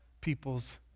people's